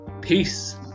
Peace